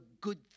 good